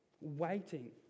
waiting